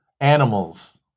animals